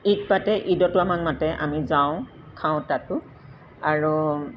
ঈদ পাতে ঈদতো আমাক মাতে আমি যাওঁ খাওঁ তাতো আৰু